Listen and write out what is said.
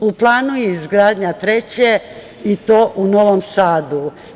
U planu je izgradnja treće i to u Novom Sadu.